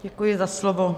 Děkuji za slovo.